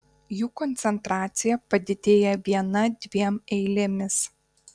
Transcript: jų koncentracija padidėja viena dviem eilėmis